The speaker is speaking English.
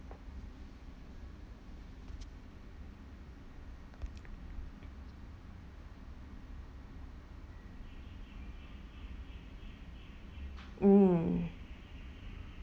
mm